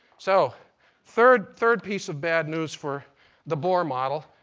so third third piece of bad news for the bohr model.